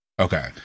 Okay